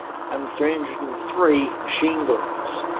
and three hundred and three machine guns.